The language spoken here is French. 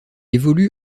évolue